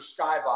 skybox